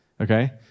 okay